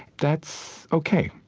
that's ok.